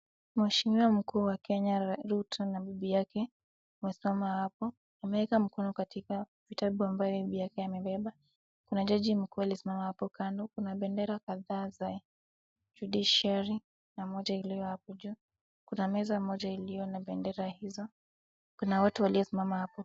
Mheshimiwa mkuu wa Kenya Ruto na bibi yake, wamesimama hapo, wameweka mikono katika kitabu ambayo bibi yake amebeba. Kuna jaji mkuu aliyesimama hapo kando kuna bendera kadhaa za judiciary na moja iliyohapo juu. Kuna meza moja ilyo na bendera hizo, kuna watu waliosimama hapo.